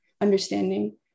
understanding